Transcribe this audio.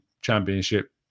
championship